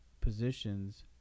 positions